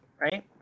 right